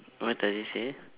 what does it say